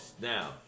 Now